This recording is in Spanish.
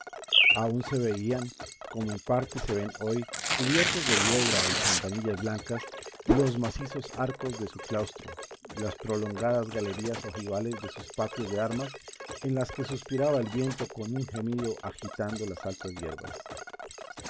aún se veían como en parte se ven hoy cubiertos de hiedra y campanillas blancas los macizos arcos de su claustro las prolongadas galerías ojivales de sus patios de armas en las que suspiraba el viento con un gemido agitando las altas hierbas